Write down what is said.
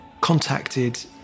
contacted